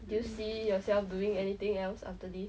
do you see yourself doing anything else after this